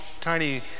tiny